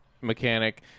Mechanic